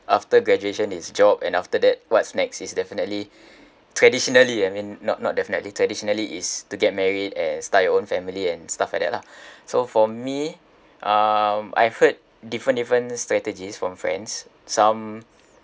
after graduation is job and after that what's next is definitely traditionally I mean not not definitely traditionally is to get married and start your own family and stuff like that lah so for me um I've heard different different strategies from friends some